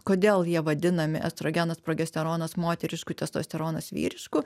kodėl jie vadinami estrogenas progesteronas moterišku testosteronas vyrišku